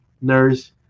nurse